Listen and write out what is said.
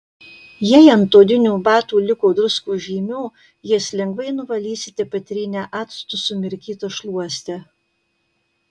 jei ant odinių batų liko druskos žymių jas lengvai nuvalysite patrynę actu sumirkyta šluoste